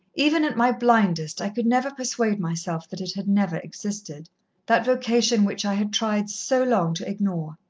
even at my blindest i could never persuade myself that it had never existed that vocation which i had tried so long to ignore.